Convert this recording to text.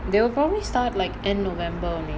they will probably start like end november only